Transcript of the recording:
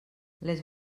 les